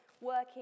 working